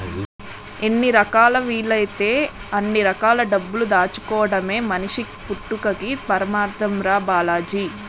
ఎన్ని రకాలా వీలైతే అన్ని రకాల డబ్బులు దాచుకోడమే మనిషి పుట్టక్కి పరమాద్దం రా బాలాజీ